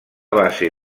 base